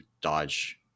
dodge